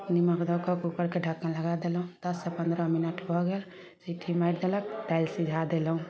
निमक दऽ कऽ कुकरके ढक्कन लगा देलहुॅं दस से पन्द्रह मिनट भऽ गेल सीटी मारि देलक दालि सिझा देलहुॅं